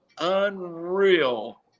unreal